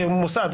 כמוסד,